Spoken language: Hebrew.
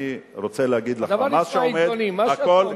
אני רוצה להגיד לך, לשמוע, הכול ביורוקרטיה,